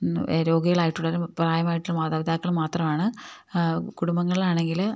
രോഗികളായിട്ടുള്ളവരും പ്രായമായിട്ടുള്ള മാതാപിതാക്കളും മാത്രമാണ് കുടുംബങ്ങളിലാണെങ്കില്